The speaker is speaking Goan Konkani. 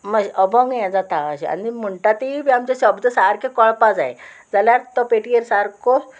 मातशें अभंग हें जाता अशें आनी म्हूणटा तीय बी आमचे शब्द सारके कळपा जाय जाल्यार तो पेटयेर सारको